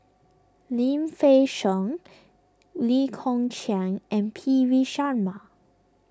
Lim Fei Shen Lee Kong Chian and P V Sharma